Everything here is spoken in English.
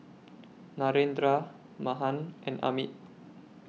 Narendra Mahan and Amit